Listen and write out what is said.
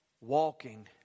walking